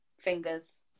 fingers